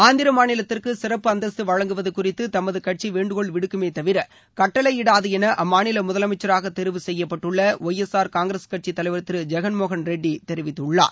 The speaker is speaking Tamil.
ஆந்திர மாநிலத்திற்கு சிறப்பு அந்தஸ்து வழங்குவது குறித்து தமது வேண்டுகோள் விடுக்குமே தவிர கட்டளையிடாது என அம்மாநில முதலமம்சராக தேர்வு கட்சி செய்யப்பட்டுள்ள ஒய் எய் ஆர் காங்கிரஸ் கட்சித் தலைவர் திரு ஜெகன் மோகன் ரெட்டி தெரிவித்துள்ளார்